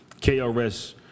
KRS